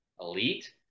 elite